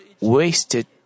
wasted